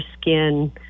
skin